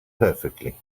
perfectly